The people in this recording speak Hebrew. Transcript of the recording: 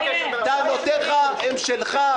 טענותיך הן שלך.